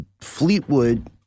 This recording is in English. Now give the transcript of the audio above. Fleetwood